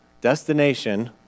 destination